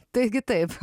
taigi taip